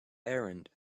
errand